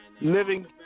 living